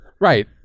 Right